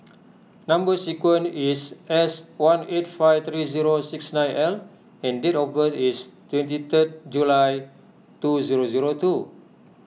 Number Sequence is S one eight five three zero six nine L and date of birth is twenty third July two zero zero two